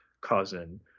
cousin